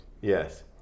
Yes